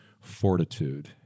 fortitude